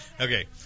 Okay